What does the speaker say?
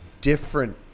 different